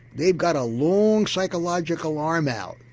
they've got a long psychological arm out,